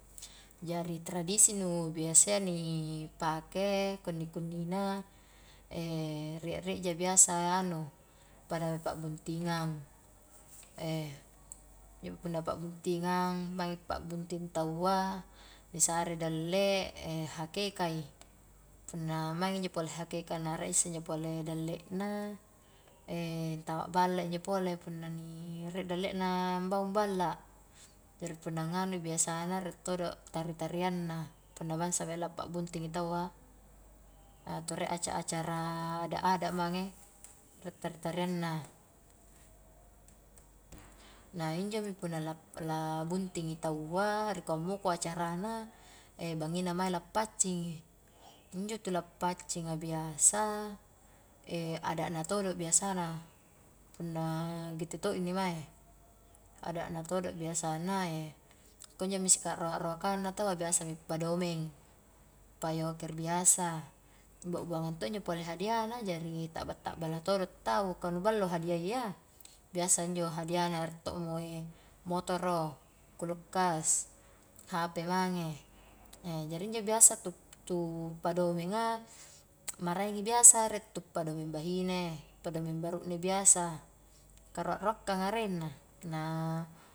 Jari tradisi nu biasaya ni pake kunni-kunni na, rie-rieja biasa anu, pada pa'buntingang, injo punna pa'buntingang, maingi pa'bunting tau a, ni sare dalle hakeka i, punna maing injo pole hakeka na rie isse injo pole dallena e tama balla injo pole punna nu rie dallena ambaung balla, jari punna nganu biasana, rie todo tari-tarianna, punna bangsa mae la pa buntingi tau a, atau rie acara-acara adat-adat mange, rie tari-tarianna, na injomi punna la buntingi tau a ri kua muko acarana bangina mae lappaccing i, injo tu lappaccing a biasa, adatna todo biasana, punna gitte to inni mae, adatna todo biasana, kunjomi sipakroa-roakanna tau a biasa mi padomeng, pa yoker biasa, bua-buangang to injo pole hadihna jari ta'ba-ta'bala todo tau, ka nu ballo hadiayya, biasa injo hadiahna rie todo mo motoro, kulkas, hp mange, jari injo biasa tu-tu pa domenga, maraengi biasa, rie tu padomeng bahine, padomeng barukne biasa, karoa'roakkan arenna, punna.